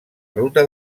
ruta